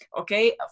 Okay